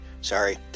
Sorry